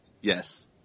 Yes